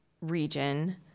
region